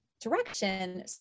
direction